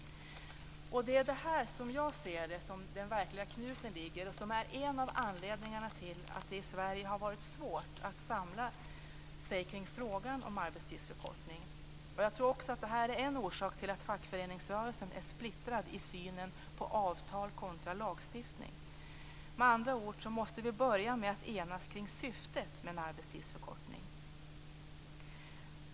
Det är här, som jag ser det, som den verkliga knuten ligger och som är en av anledningarna till att det i Sverige har varit så svårt att samla sig kring frågan om arbetstidsförkortning. Jag tror att detta är en orsak till att fackföreningsrörelsen är splittrad i synen på avtal kontra lagstiftning. Med andra ord måste vi börja med att enas kring syftet med en arbetstidsförkortning.